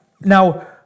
Now